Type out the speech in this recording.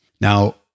Now